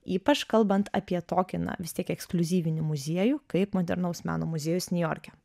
ypač kalbant apie tokį na vis tiek ekskliuzyvinį muziejų kaip modernaus meno muziejus niujorke